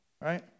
right